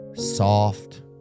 Soft